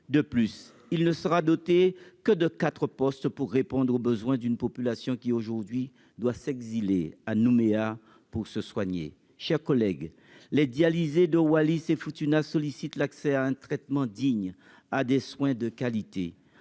de plus, il ne sera doté que de 4 postes pour répondre aux besoins d'une population qui aujourd'hui doit s'exiler à Nouméa pour se soigner, chers collègues, les dialysés de Wallis et Futuna, sollicite l'accès à un traitement digne à des soins de qualité,